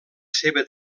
seva